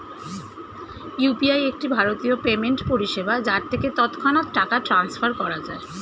UPI একটি ভারতীয় payment পরিষেবা যার থেকে তৎক্ষণাৎ টাকা ট্রান্সফার করা যায়